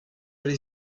dre